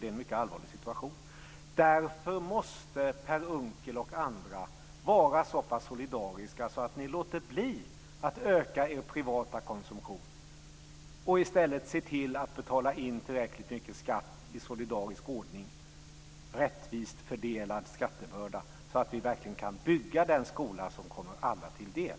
Det är en mycket allvarlig situation. Därför måste Per Unckel och andra vara så pass solidariska att ni låter bli att öka er privata konsumtion och i stället ser till att betala in tillräckligt mycket skatt i solidarisk ordning, rättvist fördelad skattebörda, så att vi verkligen kan bygga den skola som kommer alla till del.